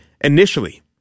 initially